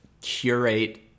curate